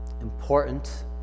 important